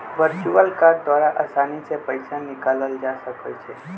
virtual card द्वारा असानी से पइसा निकालल जा सकइ छै